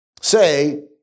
say